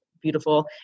beautiful